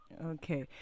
Okay